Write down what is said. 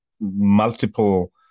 multiple